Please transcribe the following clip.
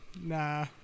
Nah